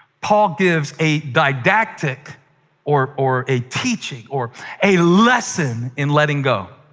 paul gives a didactic or or a teaching or a lesson in letting go.